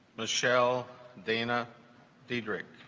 michelle dana diedrich